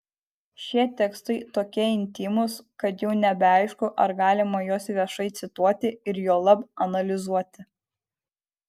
šie tekstai tokie intymūs kad jau nebeaišku ar galima juos viešai cituoti ir juolab analizuoti